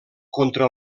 contra